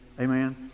Amen